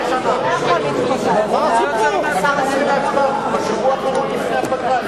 אם זה הצעת חוק,